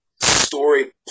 story